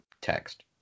text